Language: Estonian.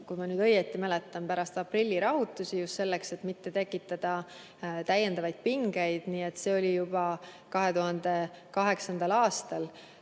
kui ma nüüd õieti mäletan, pärast aprillirahutusi just selleks, et mitte tekitada täiendavaid pingeid. Nii et see oli juba 2008. aastal.